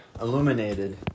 illuminated